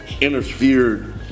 interfered